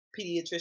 pediatrician